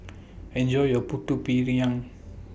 Enjoy your Putu Piring